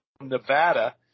Nevada